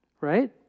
right